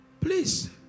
Please